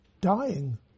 dying